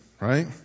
right